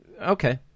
okay